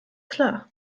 klar